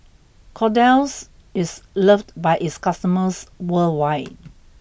Kordel's is loved by its customers worldwide